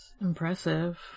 impressive